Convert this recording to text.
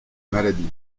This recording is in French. maladie